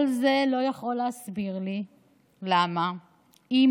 כל זה לא יכול להסביר לי למה אימא,